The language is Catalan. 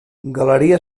galeria